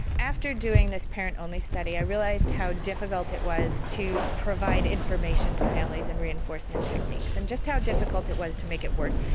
after doing this parent-only study i realised how difficult it was to provide information to families on and reinforcement techniques and just how difficult it was to make it work,